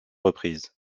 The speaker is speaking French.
reprises